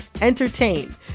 entertain